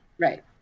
Right